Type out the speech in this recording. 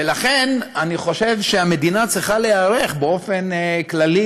ולכן אני חושב שהמדינה צריכה להיערך באופן כללי,